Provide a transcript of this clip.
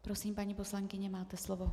Prosím, paní poslankyně, máte slovo.